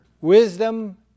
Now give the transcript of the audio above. wisdom